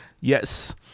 Yes